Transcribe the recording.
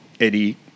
Eddie